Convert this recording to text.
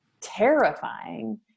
terrifying